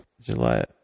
July